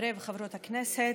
חברי וחברות הכנסת,